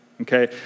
Okay